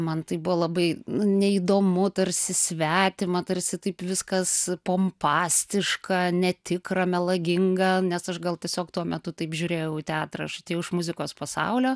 man tai buvo labai nu neįdomu tarsi svetima tarsi taip viskas pompastiška netikra melaginga nes aš gal tiesiog tuo metu taip žiūrėjau į teatrą aš atėjau iš muzikos pasaulio